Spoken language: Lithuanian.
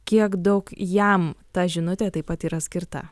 kiek daug jam ta žinutė taip pat yra skirta